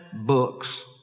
books